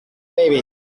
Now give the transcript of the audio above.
baby